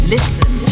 Listen